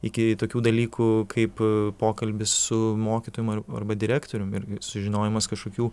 iki tokių dalykų kaip pokalbis su mokytojum ar arba direktorium ir sužinojimas kažkokių